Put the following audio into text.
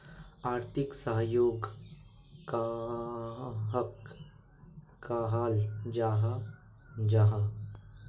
आर्थिक सहयोग कहाक कहाल जाहा जाहा?